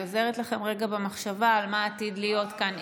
היא עוזרת לכם במחשבה מה עתיד להיות כאן,